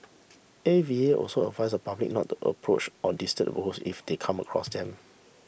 A V A also advised the public not to approach or disturb the boars if they come across them